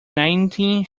nineteen